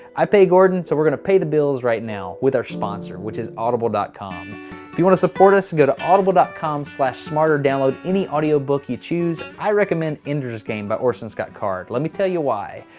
i pay gordon so we're gonna pay the bills right now with our sponsor, which is audible com you want to support us go to audible com smarter, download any audio book you choose. i recommend ender's game by orson scott card. let me tell you why.